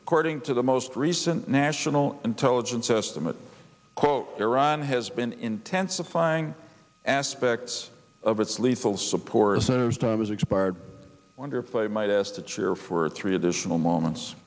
according to the most recent national intelligence estimate quote iran has been intensifying aspects of its lethal support as soon as time has expired wonderfully might as to cheer for three additional moments